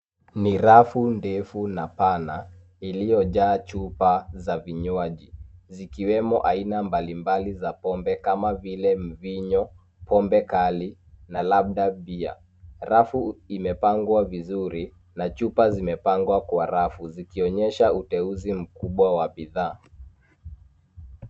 Mirafu ndefu na pana, iliyojaa chupa za vinywaji, zikiwemo aina mbali mbali za pombe kama vile, mvinyo, pombe kali, na labda bia. Rafu imepangwa vizuri, na chupa zimepangwa kwa rafu, zikionyesha uteuzi mkubwa wa bidhaa.